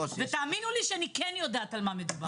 והאמינו לי שאני כן יודעת על מה מדובר.